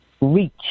Reach